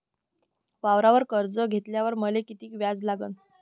वावरावर कर्ज घेतल्यावर मले कितीक व्याज लागन?